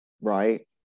Right